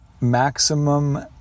maximum